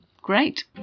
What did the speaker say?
Great